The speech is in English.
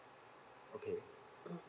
okay